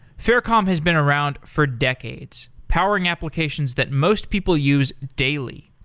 faircom has been around for decades powering applications that most people use daily.